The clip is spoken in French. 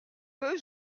peu